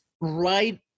right